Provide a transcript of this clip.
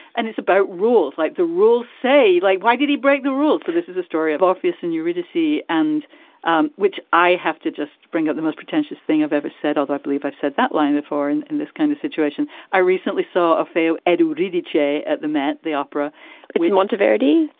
and it's about rules like the rules say, like, why did he break the rules? so this is a story of orpheus and eurydice c and um which i have to just bring up the most pretentious thing i've ever said, although i believe i've said that line before and and this kind of situation. i recently saw a fellow, edward liddy j. at the met. the opera monteverdi.